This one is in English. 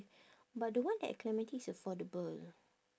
but the one at clementi is affordable